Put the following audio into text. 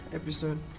episode